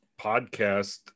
podcast